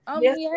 Yes